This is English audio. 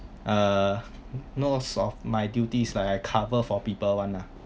uh most of my duties is like I cover for people [one] lah